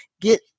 get